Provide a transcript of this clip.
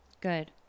Good